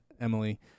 emily